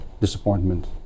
disappointment